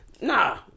nah